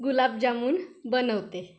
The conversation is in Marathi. गुलाबजामुन बनवते